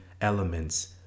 elements